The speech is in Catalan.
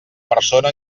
persona